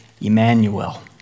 Emmanuel